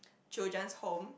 children's home